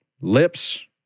lips